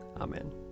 Amen